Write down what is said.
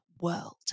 World